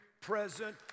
present